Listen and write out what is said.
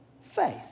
faith